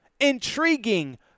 intriguing